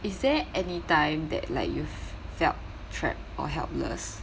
is there anytime that like you felt trapped or helpless